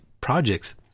projects